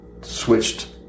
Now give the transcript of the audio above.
switched